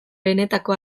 benetako